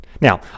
Now